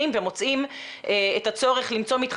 עובדי איסוף שיוצאים החוצה ומביאים את הילדים לתוך המתחם,